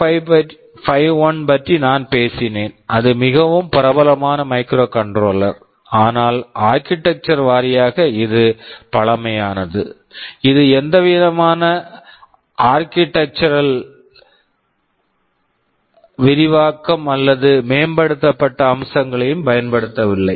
8051 பற்றி நான் பேசினேன் அது மிகவும் பிரபலமான மைக்ரோகண்ட்ரோலர் microcontroller ஆனால் ஆர்க்கிடெக்சர் architecture வாரியாக இது பழமையானது இது எந்தவிதமான ஆர்க்கிடெச்சுரல் architectural விரிவாக்கம் அல்லது மேம்படுத்தப்பட்ட அம்சங்ககளையும் பயன்படுத்தவில்லை